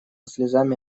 слезами